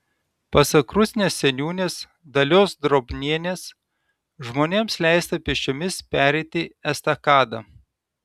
pasak rusnės seniūnės dalios drobnienės žmonėms leista pėsčiomis pereiti estakadą